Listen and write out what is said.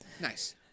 Nice